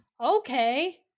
Okay